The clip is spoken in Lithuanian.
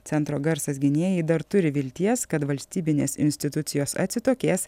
centro garsas gynėjai dar turi vilties kad valstybinės institucijos atsitokės